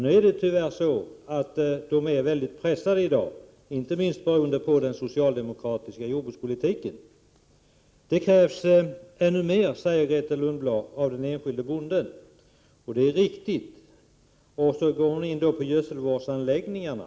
Nu är lantbrukarna tyvärr mycket pressade i dag, inte minst beroende på den socialdemokratiska jordbrukspolitiken. Det krävs ännu mer av den enskilda bonden, säger Grethe Lundblad. Det är riktigt. Vidare går Grethe Lundblad in på gödselvårdsanläggningarna.